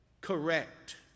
correct